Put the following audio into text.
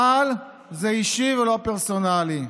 אבל זה אישי ולא פרסונלי.